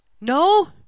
No